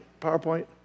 PowerPoint